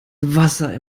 wasser